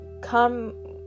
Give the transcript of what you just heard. come